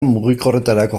mugikorretarako